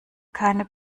keine